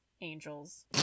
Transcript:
angels